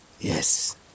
Yes